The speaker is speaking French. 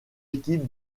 équipe